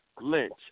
Lynch